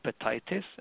hepatitis